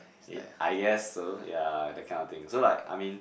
it I guess so ya that kind of thing so like I mean